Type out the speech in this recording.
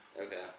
Okay